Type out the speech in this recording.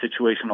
situational